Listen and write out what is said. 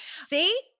See